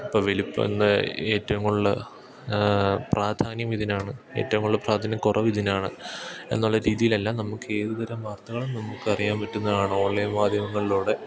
ഇപ്പോള് വലിപ്പമെന്നാല് ഏറ്റവും കൂടുതല് പ്രാധാന്യം ഇതിനാണ് ഏറ്റവും കൂടുതല് പ്രാധാന്യം കുറവിതിനാണ് എന്നുള്ള രീതിയിലെല്ലാം നമ്മുക്കേതു തരം വാർത്തകളും നമുക്കറിയാൻ പറ്റുന്നതാണ് ഓൺലൈൻ മാധ്യമങ്ങളിലൂടെ